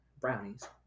brownies